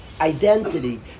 Identity